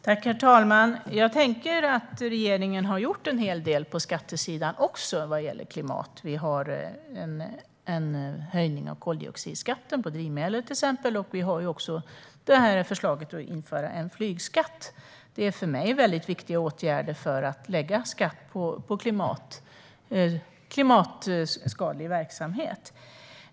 Herr talman! Jag tänker att regeringen har gjort en hel del på skattesidan vad gäller klimat. Vi har en höjning av koldioxidskatten på drivmedel, till exempel. Vi har också förslag om att införa en flygskatt. Det är för mig väldigt viktiga åtgärder att lägga skatt på klimatskadlig verksamhet.